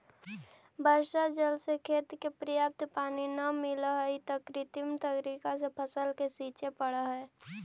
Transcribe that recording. वर्षा जल से खेत के पर्याप्त पानी न मिलऽ हइ, त कृत्रिम तरीका से फसल के सींचे पड़ऽ हइ